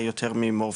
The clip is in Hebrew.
יותר ממורפין.